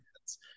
hands